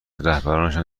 رهبرانشان